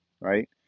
right